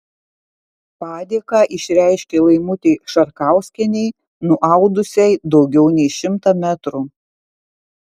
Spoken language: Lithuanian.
padėką išreiškė laimutei šarkauskienei nuaudusiai daugiau nei šimtą metrų